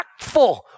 impactful